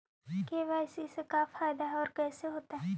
KYC से का फायदा है और कैसे होतै?